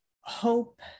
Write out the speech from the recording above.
hope